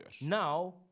Now